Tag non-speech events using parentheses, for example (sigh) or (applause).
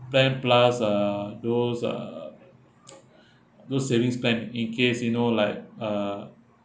plan plus uh those uh (noise) those savings plan in case you know like uh